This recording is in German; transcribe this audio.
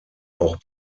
auch